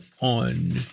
on